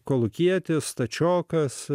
kolūkietis stačiokas